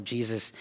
Jesus